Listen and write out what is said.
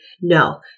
No